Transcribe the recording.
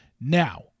Now